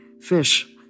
fish